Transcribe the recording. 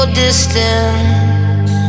distance